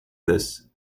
this